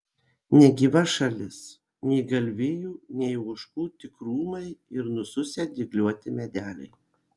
negyva šalis nei galvijų nei ožkų tik krūmai ir nususę dygliuoti medeliai